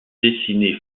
dessinée